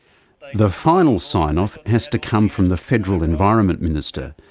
the final signoff has to come from the federal environment minister,